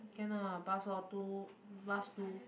cannot lah bus all too bus too